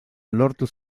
lortu